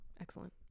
Excellent